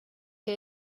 que